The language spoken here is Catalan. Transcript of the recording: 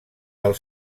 del